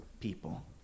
people